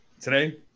Today